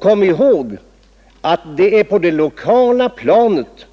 Kom ihåg att det är på det lokala planet